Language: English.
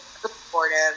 supportive